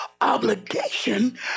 obligation